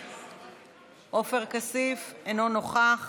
חבר הכנסת עופר כסיף, אינו נוכח,